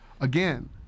again